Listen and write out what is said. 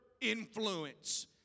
influence